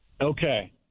Okay